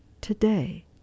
today